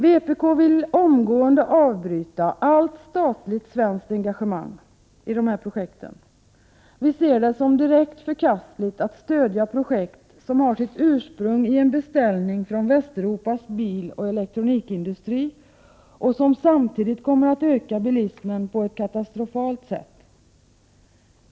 Vpk vill omgående avbryta allt statligt svenskt engagemang i dessa projekt. Vi ser det som direkt förkastligt att Sverige skall stödja projekt som har sitt ursprung i en beställning från Västeuropas biloch elektronikindustri och som samtidigt kommer att öka bilismen på ett katastrofalt sätt.